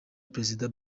perezida